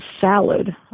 salad